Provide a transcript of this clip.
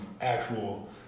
actual